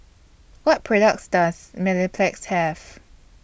What products Does Mepilex Have